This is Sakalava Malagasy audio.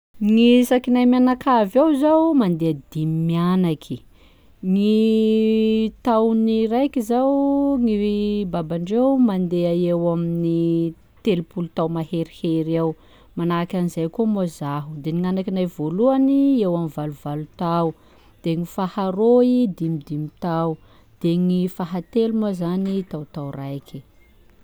Gny isakinay menakavy ao zao mandeh dimy mianaky, gny taon'ny raiky zao, gny babandreo mandeha eo amin'ny telo-polo tao maherihery eo, manahak'izay koà moa zaho, de ny gn'anakinay voalohany eo eo amin'ny valo tao, de ny faharoy dimidimy tao, d gny fahatelo moa zany taotao raiky.